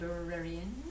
librarian